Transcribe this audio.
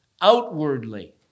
outwardly